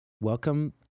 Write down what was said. welcome